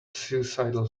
suicidal